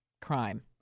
crime